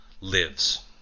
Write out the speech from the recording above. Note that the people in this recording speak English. lives